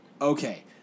Okay